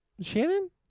Shannon